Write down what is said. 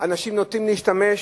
אנשים נוטים להשתמש,